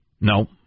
No